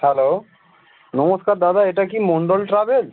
hello নমস্কার দাদা এটা কি মন্ডল ট্রাভেলস